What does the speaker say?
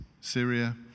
Syria